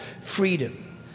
freedom